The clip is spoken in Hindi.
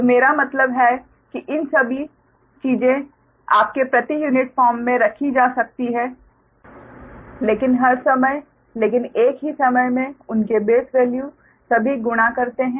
तो मेरा मतलब है कि यह सभी चीजें आपके प्रति यूनिट फॉर्म में रखी जा सकती हैं लेकिन हर समय लेकिन एक ही समय में उनके बेस वैल्यू सभी गुणा करते हैं